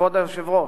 וכבוד היושב-ראש,